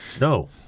no